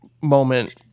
moment